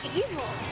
evil